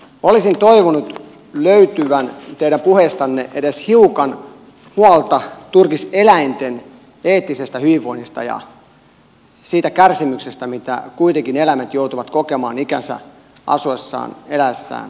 olisin toivonut löytyvän teidän puheestanne edes hiukan huolta turkiseläinten eettisestä hyvinvoinnista ja siitä kärsimyksestä mitä kuitenkin eläimet joutuvat kokemaan ikänsä asuessaan eläessään pienessä häkissä